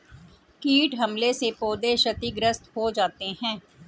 कीट हमले से पौधे क्षतिग्रस्त हो जाते है